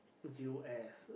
u_s